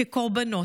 כקורבנות,